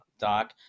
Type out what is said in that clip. doc